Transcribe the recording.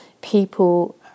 people